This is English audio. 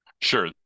Sure